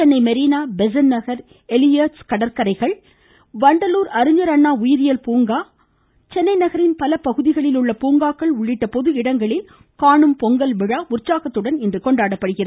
சென்னை மெரீனா பெசன்ட் நகர் எலியர்ட்ஸ் கடற்கரை வண்டலூர் அறிஞர் அண்ணா உயிரியல் பூங்கா நகரின் பல பகுதிகளில் உள்ள பூங்காங்கள் உள்ளிட்ட பொது இடங்களில் காணும் பொங்கல் உற்சாகத்துடன் கொண்டாடப்படுகிறது